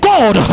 God